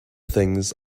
things